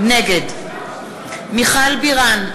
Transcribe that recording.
נגד מיכל בירן,